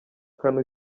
kane